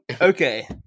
Okay